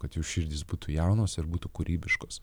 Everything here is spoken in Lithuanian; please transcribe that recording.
kad jų širdys būtų jaunos ir būtų kūrybiškos